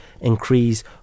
increase